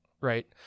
Right